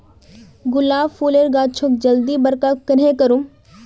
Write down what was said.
गुलाब फूलेर गाछोक जल्दी बड़का कन्हे करूम?